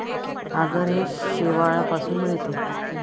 आगर हे शेवाळापासून मिळते